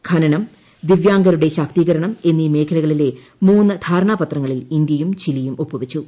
ഖനനം ദ്രിപ്പുഴംഗരുടെ ശാക്തീകരണം എന്നീ മേഖലകളിലെ മൂന്ന് ധാർണാപത്രങ്ങളിൽ ഇന്ത്യയും ചിലിയും ഒപ്പുവച്ചു